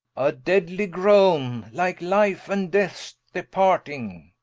a deadly grone, like life and deaths departing.